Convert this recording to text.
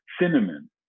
cinnamon